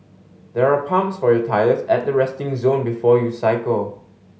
there are pumps for your tyres at the resting zone before you cycle